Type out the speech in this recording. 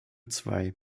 zwei